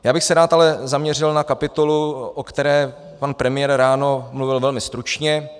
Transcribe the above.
Já bych se ale rád zaměřil na kapitolu, o které pan premiér ráno mluvil velmi stručně.